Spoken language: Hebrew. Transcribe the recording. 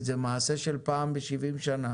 חוץ מדבר